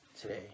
today